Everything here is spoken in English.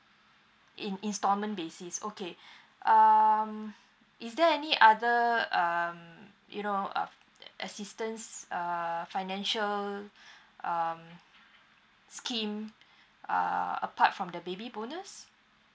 in installment basis okay um is there any other um you know uh assistance uh financial um scheme uh apart from the baby bonus